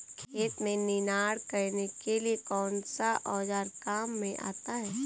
खेत में निनाण करने के लिए कौनसा औज़ार काम में आता है?